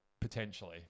Potentially